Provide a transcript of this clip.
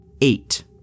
Eight